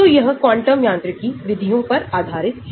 तो यह क्वांटम यांत्रिकी विधियों पर आधारित है